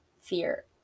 fear